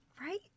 Right